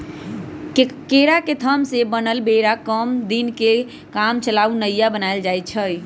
केरा के थम से बनल बेरा कम दीनके लेल कामचलाउ नइया बनाएल जाइछइ